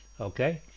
Okay